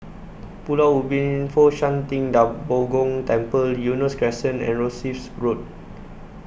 Pulau Ubin Fo Shan Ting DA Bo Gong Temple Eunos Crescent and Rosyth Road